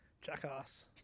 Jackass